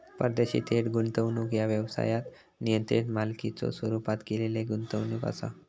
परदेशी थेट गुंतवणूक ह्या व्यवसायात नियंत्रित मालकीच्यो स्वरूपात केलेला गुंतवणूक असा